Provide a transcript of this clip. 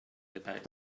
about